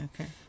okay